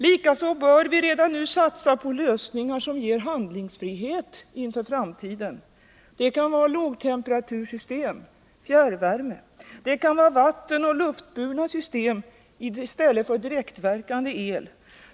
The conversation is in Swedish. Likaså bör vi redan nu satsa på lösningar som ger handlingsfrihet inför framtiden. Det kan vara lågtemperatursystem, fjärrvärme eller vattenoch luftburna system i stället för direktverkande el.